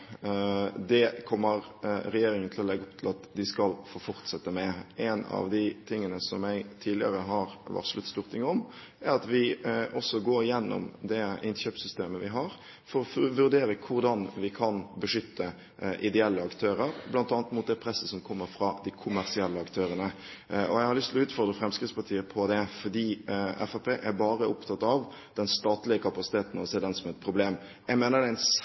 Det kommer regjeringen til å legge opp til at de skal få fortsette med. En av de tingene som jeg tidligere har varslet Stortinget om, er at vi også går gjennom det innkjøpssystemet vi har for å vurdere hvordan vi kan beskytte ideelle aktører bl.a. mot det presset som kommer fra de kommersielle aktørene. Jeg har lyst til å utfordre Fremskrittspartiet på det, fordi Fremskrittspartiet bare er opptatt av den statlige kapasiteten og ser den som et problem. Jeg mener det er en selvfølge at vi skal utnytte den